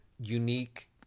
unique